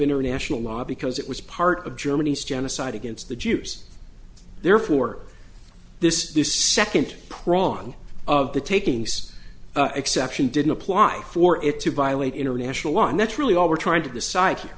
international law because it was part of germany's genocide against the jews therefore this this second prong of the takings exception didn't apply for it to violate international law and that's really all we're trying to decide